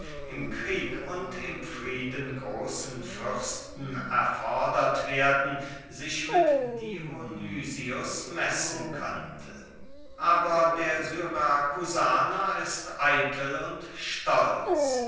im krieg und im frieden großen fürsten erfordert werden sich mit dionysius messen könnte aber der syrakusaner ist eitel und stolz